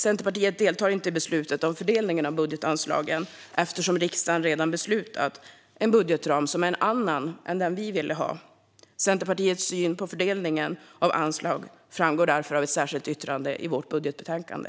Centerpartiet deltar inte i beslutet om fördelningen av budgetanslagen, eftersom riksdagen redan beslutat om en budgetram som är en annan än den vi ville ha. Centerpartiets syn på fördelningen av anslag framgår därför av ett särskilt yttrande i vårt budgetbetänkande.